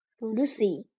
Lucy